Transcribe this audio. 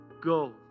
go